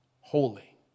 holy